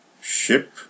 ship